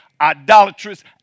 idolatrous